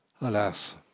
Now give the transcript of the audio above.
Alas